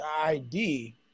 ID